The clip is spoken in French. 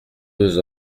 deux